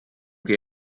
che